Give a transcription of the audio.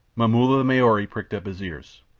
momulla the maori pricked up his ears.